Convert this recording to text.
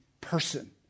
person